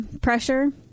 pressure